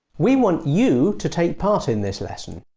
we want you to take part in this lesson.